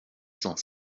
cent